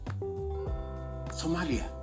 Somalia